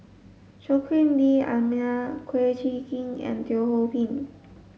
Joaquim D'almeida Kum Chee Kin and Teo Ho Pin